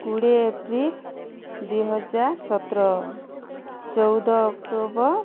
କୋଡ଼ିଏ ଏପ୍ରିଲ ଦୁଇ ହଜାର ସତର ଚଉଦ ଅକ୍ଟୋବର